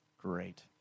Great